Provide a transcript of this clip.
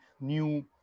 new